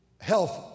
health